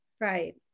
Right